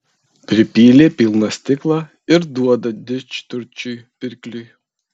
pripylė pilną stiklą ir duoda didžturčiui pirkliui